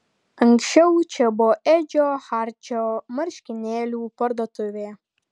anksčiau čia buvo edžio hardžio marškinėlių parduotuvė